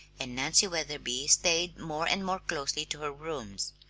and nancy wetherby stayed more and more closely to her rooms.